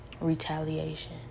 retaliation